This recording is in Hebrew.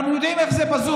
אנחנו יודעים איך זה בזום,